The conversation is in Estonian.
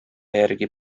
järgi